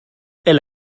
elle